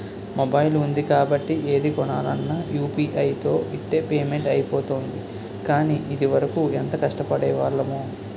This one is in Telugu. మొబైల్ ఉంది కాబట్టి ఏది కొనాలన్నా యూ.పి.ఐ తో ఇట్టే పేమెంట్ అయిపోతోంది కానీ, ఇదివరకు ఎంత కష్టపడేవాళ్లమో